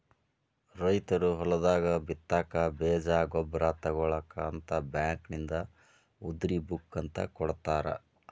ರೈತರು ಹೊಲದಾಗ ಬಿತ್ತಾಕ ಬೇಜ ಗೊಬ್ಬರ ತುಗೋಳಾಕ ಅಂತ ಬ್ಯಾಂಕಿನಿಂದ ಉದ್ರಿ ಬುಕ್ ಅಂತ ಕೊಡತಾರ